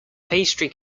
pastry